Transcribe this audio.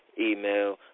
email